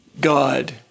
God